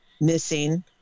missing